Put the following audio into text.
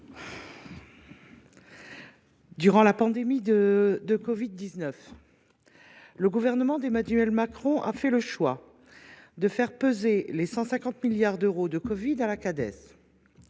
Durant la pandémie de covid 19, le gouvernement d’Emmanuel Macron a fait le choix de faire peser les 150 milliards d’euros de dette covid sur la Caisse